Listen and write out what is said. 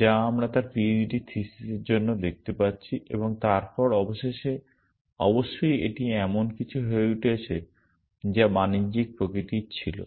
যা আমরা তার p h d থিসিসের জন্য দেখতে পাচ্ছি এবং তারপর অবশেষে অবশ্যই এটি এমন কিছু হয়ে উঠেছে যা বাণিজ্যিক প্রকৃতির ছিল